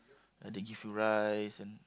they give you rice and